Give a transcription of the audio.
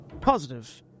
positive